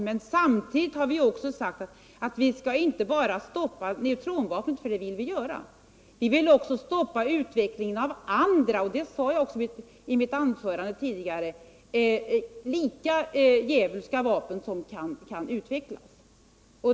Men samtidigt har vi sagt att vi inte bara skall stoppa neutronvapnet -- för det vill vi göra — utan vi vill också stoppa utvecklingen av andra, och det sade jag i mitt anförande tidigare, lika djävulska vapen som kan utvecklas.